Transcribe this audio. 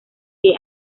que